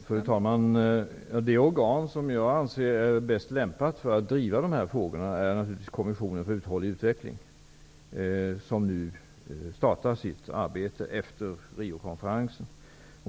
Fru talman! Det organ som jag anser vara bäst lämpat för att driva dessa frågor är Kommissionen för uthållig utveckling, som nu startar sitt arbete efter Riokonferensen.